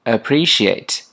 Appreciate